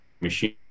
machine